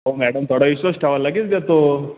हो मॅडम थोडा विश्वास ठेवा लगेच देतो